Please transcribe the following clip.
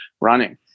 running